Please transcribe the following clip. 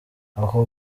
aho